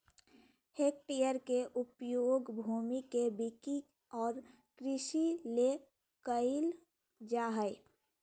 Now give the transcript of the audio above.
hectare के उपयोग भूमि के बिक्री और कृषि ले कइल जाय हइ